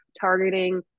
targeting